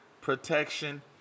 protection